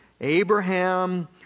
Abraham